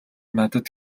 надад